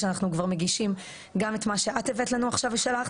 שאנחנו כבר מגישים גם את מה שאת הבאת לנו עכשיו ושלחת,